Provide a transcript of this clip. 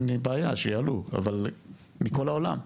אין לי בעיה, שיעלו, אבל מכל העולם.